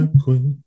queen